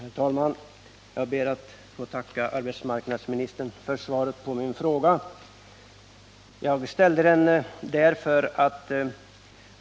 Herr talman! Jag ber att få tacka arbetsmarknadsministern för svaret på min fråga.